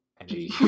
energy